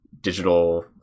digital